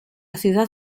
ciudad